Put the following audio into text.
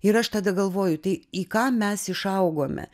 ir aš tada galvoju tai į ką mes išaugome